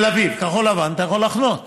תל אביב, בכחול-לבן אתה יכול לחנות.